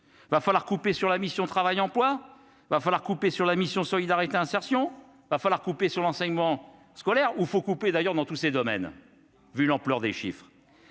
va falloir couper sur la mission Travail emploi va falloir couper sur la mission Solidarité insertion va falloir couper sur l'enseignement scolaire ou faut couper d'ailleurs dans tous ces domaines, vu l'ampleur des chiffres,